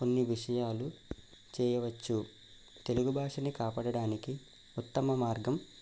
కొన్ని విషయాలు చేయవచ్చు తెలుగు భాషని కాపాడడానికి ఉత్తమ మార్గం